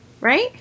right